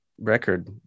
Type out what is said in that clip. record